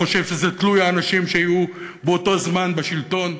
חושב שזה תלוי באנשים שיהיו באותו זמן בשלטון.